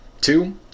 two